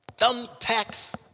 thumbtacks